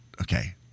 okay